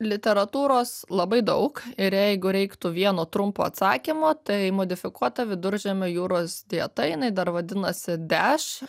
literatūros labai daug ir jeigu reiktų vieno trumpo atsakymo tai modifikuota viduržemio jūros dieta jinai dar vadinasi deš